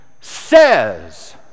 says